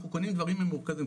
אנחנו קונים דברים ממורכזים,